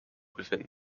within